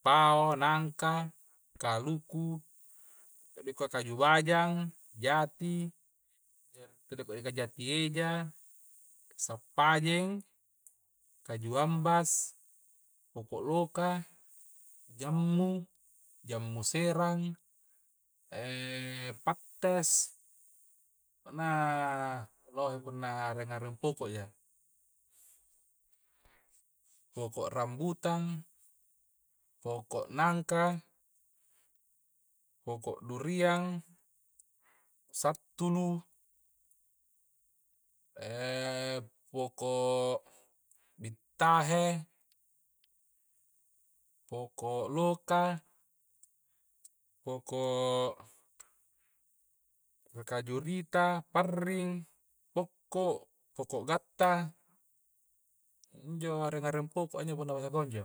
pao nangka kaluku te dikua kaju bajang jati te dikua jati eja sampajeng kaju ambas poko loka jammu jammu serang pattes naa lohe punna ri areng-areng poko' ja poko' rambutan poko nangka poko duriang sattulu poko bittahe poko loka poko rikaju rita parring pokko' pokko gatta injo areng-areng poko a injo punna bahasa konjo